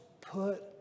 put